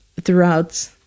throughout